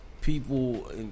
People